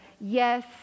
yes